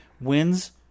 wins